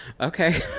Okay